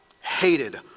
hated